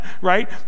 right